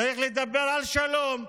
צריך לדבר על שלום.